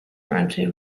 currently